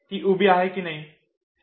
ती उभी आहे की नाही